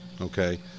okay